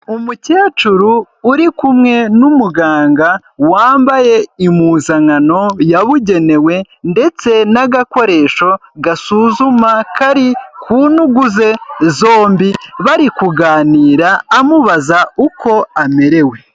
Umukecuru uri kumwe n'umuganga wambaye impuzankano yabugenewe ndetse n'agakoresho gasuzuma kari ku ntugu ze zombi, bari kuganira amubaza uko amerewe.